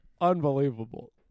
unbelievable